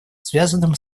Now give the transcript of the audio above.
связанным